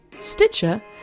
Stitcher